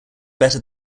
better